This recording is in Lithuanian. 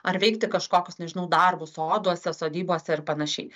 ar veikti kažkokius nežinau darbus soduose sodybose ir panašiai